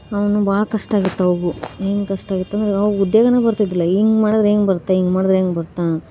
ಅವನು ಭಾಳ ಕಷ್ಟಾಗಿತ್ತು ಅವು ಹೇಗೆ ಕಷ್ಟಯಿತ್ತು ಅಂದ್ರೆ ಉದ್ಯೋಗನೇ ಬರ್ತಿದಿಲ್ಲ ಹಿಂಗೆ ಮಾಡಿದರೆ ಹೆಂಗೆ ಬರುತ್ತೆ ಹಿಂಗೆ ಮಾಡಿದರೆ ಹೆಂಗೆ ಬರುತ್ತೆ